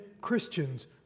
Christians